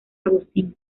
agustín